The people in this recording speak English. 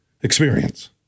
experience